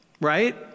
Right